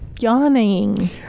yawning